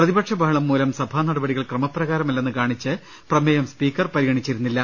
പ്രതിപക്ഷബഹളം മൂലം സഭാനടപടി കൾ ക്രമപ്രകാരമല്ലെന്ന് കാണിച്ച് പ്രമേയം സ്പീക്കർ പരിഗണിച്ചിരുന്നില്ല